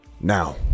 now